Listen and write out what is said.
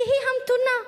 היא המתונה,